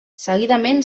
seguidament